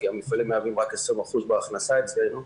כי המפעלים מהווים רק 20% מן ההכנסה אצלנו,